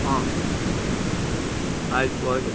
ಹ್ಞೂ ಆಯ್ತು ಓಗೆ ಸರ್